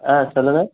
ஆ சொல்லுங்கள்